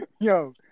Yo